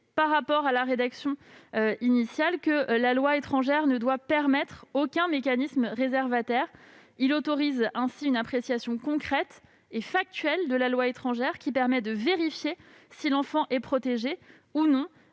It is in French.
contrairement à la rédaction initiale, que la loi étrangère ne doit permettre aucun mécanisme réservataire. Il autorise ainsi une appréciation concrète et factuelle de la loi étrangère, qui permet de vérifier si l'enfant est protégé ou non